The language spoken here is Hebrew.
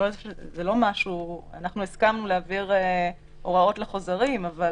אנחנו הסכמנו להעביר הוראות לחוזרים אבל